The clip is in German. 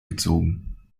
gezogen